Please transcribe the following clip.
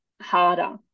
harder